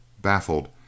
baffled